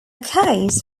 case